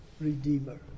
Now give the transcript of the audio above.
redeemer